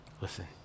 Listen